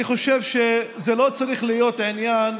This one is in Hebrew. אני חושב שזה לא צריך להיות עניין